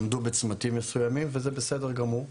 עמדו בצמתים מסוימים וזה בסדר גמור.